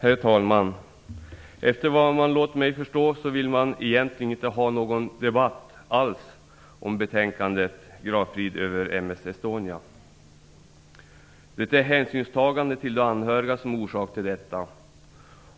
Herr talman! Man har låtit mig förstå att man egentligen inte alls vill ha någon debatt om betänkandet "Gravfrid över m/s Estonia". Det är hänsynstagandet till de anhöriga som är orsak till detta.